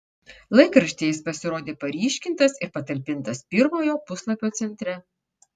laikraštyje jis pasirodė paryškintas ir patalpintas pirmojo puslapio centre